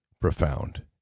profound